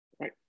right